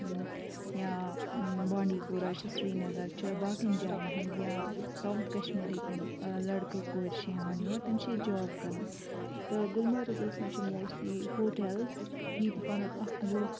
یا بانڈی پورہ چھِ سرینگر چھِ باقٕیَن جایَن ہٕنٛد یا ساوُتھ کَشمیٖرٕکۍ یِم لٔڑکہٕ کورِ چھَ یِوان یور تِم چھِ ییٚتہِ جاب کَران تہٕ گُلمرگَس منٛز چھِ موسٹلی ہوٹیلٕز ییٚتہِ پَنُن اَکھ یوٗتھ